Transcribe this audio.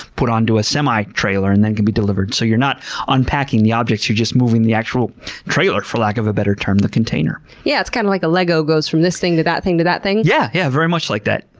put onto a semi-trailer and then can be delivered. so you're not unpacking the objects, you're just moving the actual trailer, for lack of a better term, the container. yeah it's kind of like a lego goes from this thing to that thing to that thing? yes, yeah yeah very much like that.